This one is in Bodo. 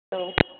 औ